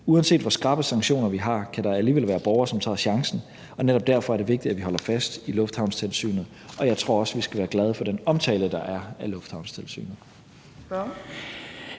Uanset hvor skrappe sanktioner vi har, kan der alligevel være borgere, som tager chancen, og netop derfor er det vigtigt, at vi holder fast i lufthavnstilsynet, og jeg tror også, at vi skal være glade for den omtale, der er af lufthavnstilsynet.